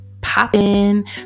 popping